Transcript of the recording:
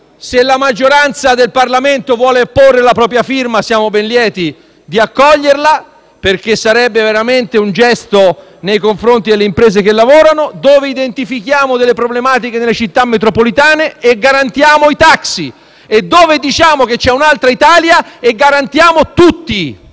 se la maggioranza del Parlamento volesse apporre la propria firma saremmo ben lieti di accoglierla perché sarebbe veramente un bel gesto nei confronti delle imprese che lavorano. In questo emendamento identifichiamo le problematiche delle Città metropolitane e garantiamo i taxi, diciamo che c'è un'altra Italia e garantiamo tutti.